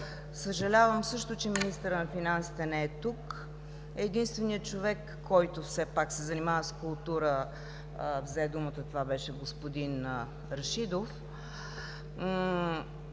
Съжалявам също, че министърът на финансите не е тук. Единственият човек, който се занимава с култура, взе думата. Това беше господин Рашидов.